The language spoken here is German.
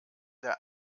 der